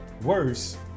worse